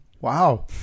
Wow